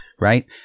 right